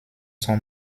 son